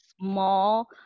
small